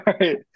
right